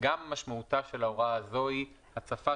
גם משמעותה של ההוראה הזו היא הצפה